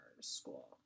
school